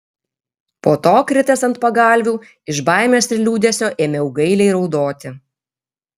po to kritęs ant pagalvių iš baimės ir liūdesio ėmiau gailiai raudoti